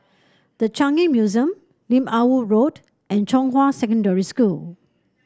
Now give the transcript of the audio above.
The Changi Museum Lim Ah Woo Road and Zhonghua Secondary School